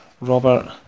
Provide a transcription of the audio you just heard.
Robert